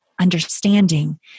understanding